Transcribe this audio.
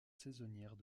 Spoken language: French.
saisonnières